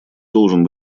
должен